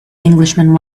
englishman